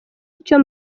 icyo